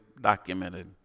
documented